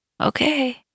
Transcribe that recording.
Okay